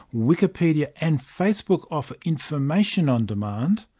wikipedia and facebook offer information on demand,